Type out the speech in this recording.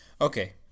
Okay